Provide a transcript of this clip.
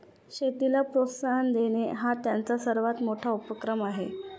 शेतीला प्रोत्साहन देणे हा त्यांचा सर्वात मोठा उपक्रम आहे